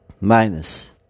minus